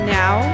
now